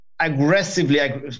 aggressively